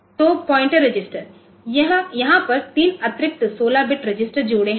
तो pointer register यहां पर तीन अतिरिक्त 16 बिट रजिस्टर जोड़े हैं